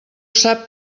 sap